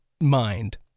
mind